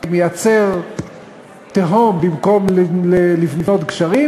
כמייצר תהום במקום לבנות גשרים,